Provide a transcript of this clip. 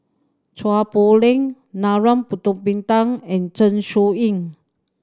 Chua Poh Leng Narana Putumaippittan and Zeng Shouyin